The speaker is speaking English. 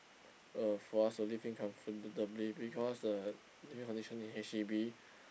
uh for us to living comfortably because the living condition in H_D_B